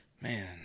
Man